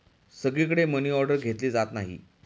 सगळीकडे मनीऑर्डर घेतली जात नाही